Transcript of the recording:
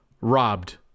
robbed